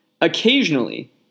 Occasionally